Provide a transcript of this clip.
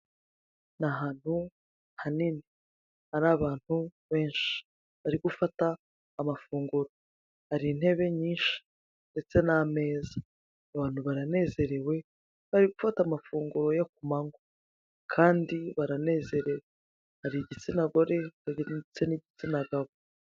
Ni ahantu hanini hari abantu benshi bari gufata amafunguro hari intebe nyinshi ndetse n'ameza, abantu baranezerewe bari gufata amafunguro yo ku manywa kandi baranezerewe hari igitsinda gore n'igitsina gabo.